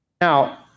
Now